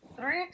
Three